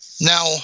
Now